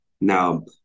now